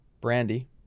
Brandy